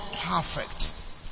perfect